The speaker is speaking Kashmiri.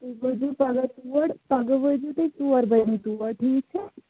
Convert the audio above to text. تُہۍ وٲتۍزیو پَگاہ تور پَگاہ وٲتۍزیو تُہۍ ژور بَجے تور ٹھیٖک چھےٚ